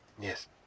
Yes